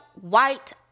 white